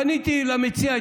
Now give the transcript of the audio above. פניתי למציע.